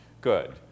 good